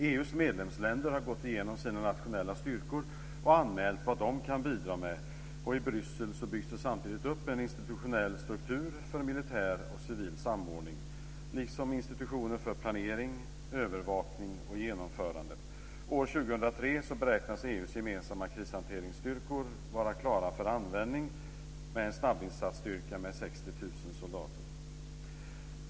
EU:s medlemsländer har gått igenom sina nationella styrkor och anmält vad de kan bidra med, och i Bryssel byggs det samtidigt upp en institutionell struktur för militär och civil samordning liksom institutioner för planering, övervakning och genomförande. År 2003 beräknas EU:s gemensamma krishanteringsstyrkor vara klara för användning med en snabbinsatsstyrka med 60 000 soldater.